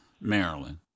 Maryland